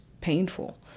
painful